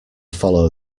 follow